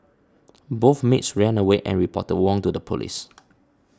both maids ran away and reported Wong to the police